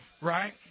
right